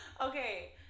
Okay